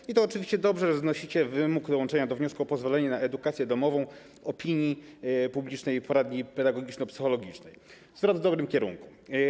I to oczywiście dobrze, że znosicie wymóg dołączenia do wniosku o pozwolenie na edukację domową opinii publicznej poradni pedagogiczno-psychologicznej, to zwrot w dobrym kierunku.